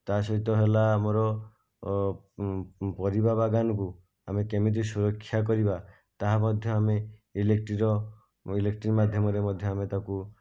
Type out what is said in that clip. ତା ସହିତ ହେଲା ଆମର ପରିବା ବାଗାନକୁ ଆମେ କେମିତି ସୁରକ୍ଷା କରିବା ତାହା ମଧ୍ୟ ଆମେ ଇଲେକ୍ଟ୍ରିର ଇଲେକ୍ଟ୍ରି ମାଧ୍ୟମରେ ମଧ୍ୟ ଆମେ ତାକୁ